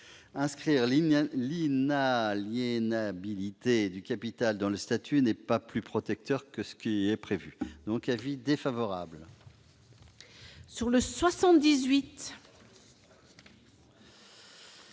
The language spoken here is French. inscrire l'inaliénabilité du capital dans le statut n'est pas plus protecteur que ce qui est prévu. L'avis est défavorable. Les